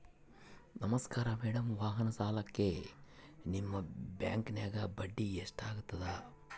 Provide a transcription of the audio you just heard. ನಮಸ್ಕಾರ ಮೇಡಂ ವಾಹನ ಸಾಲಕ್ಕೆ ನಿಮ್ಮ ಬ್ಯಾಂಕಿನ್ಯಾಗ ಬಡ್ಡಿ ಎಷ್ಟು ಆಗ್ತದ?